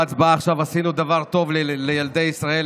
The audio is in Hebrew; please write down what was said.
בהצבעה עכשיו עשינו דבר טוב לילדי ישראל,